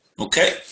Okay